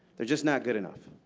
they are just not good enough.